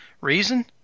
reason